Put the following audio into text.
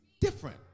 different